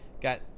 got